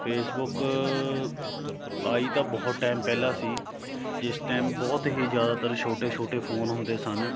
Facebook ਆਈ ਤਾਂ ਬਹੁਤ ਟਾਈਮ ਪਹਿਲਾਂ ਸੀ ਜਿਸ ਟਾਈਮ ਬਹੁਤ ਹੀ ਜ਼ਿਆਦਾਤਰ ਛੋਟੇ ਛੋਟੇ ਫੋਨ ਹੁੰਦੇ ਸਨ